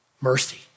mercy